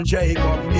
Jacob